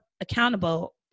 accountable